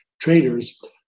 traders